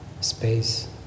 space